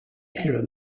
error